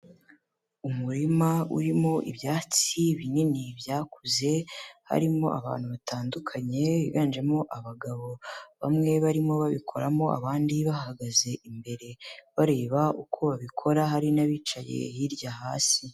Umurima urimo ibyatsi binini byakuze, harimo abantu batandukanye higanjemo abagabo, bamwe barimo babikoramo, abandi bahagaze imbere bareba uko babikora, hari n'abicaye hirya hasi.